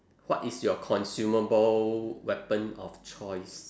what is your consumable weapon of choice